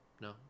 No